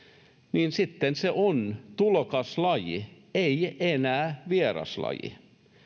niin sitten se on tulokaslaji ei ei enää vieraslaji